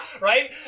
right